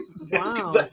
Wow